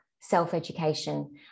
self-education